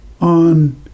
on